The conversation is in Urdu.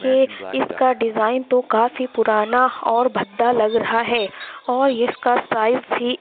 کہ اس کا ڈیزائن تو کافی پرانا اور بھدا لگ رہا ہے اور اس کا سائز بھی